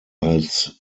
als